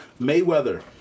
Mayweather